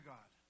God